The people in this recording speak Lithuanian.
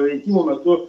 rinkimų metu